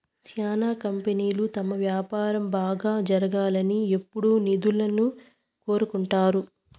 శ్యానా కంపెనీలు తమ వ్యాపారం బాగా జరగాలని ఎప్పుడూ నిధులను కోరుకుంటారు